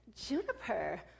Juniper